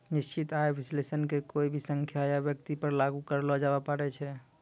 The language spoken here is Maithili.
निश्चित आय विश्लेषण के कोय भी संख्या या व्यक्ति पर लागू करलो जाबै पारै छै